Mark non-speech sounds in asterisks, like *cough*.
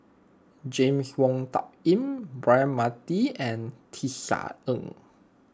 James Wong Tuck Yim Braema Mathi and Tisa *unintelligible*